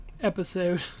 episode